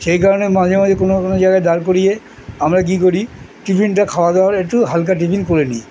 সেই কারণে মাঝে মাঝে কোনো কোনো জায়গায় ডাঁড় করিয়ে আমরা কী করি টিফিনটা খাওয়া দাওয়ার একটু হালকা টিফিন করে নিই